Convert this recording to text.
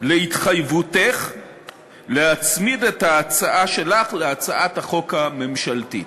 להתחייבותך להצמיד את ההצעה שלך להצעת החוק הממשלתית.